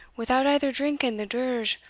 without either drinking the dirge,